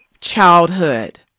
childhood